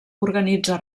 organitza